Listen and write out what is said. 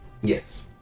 Yes